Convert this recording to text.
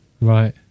Right